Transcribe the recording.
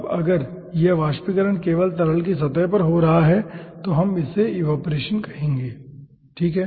अब अगर यह वाष्पीकरण केवल तरल की सतह पर हो रहा है तो हम इसे इवेपोरेशन कहेंगे ठीक है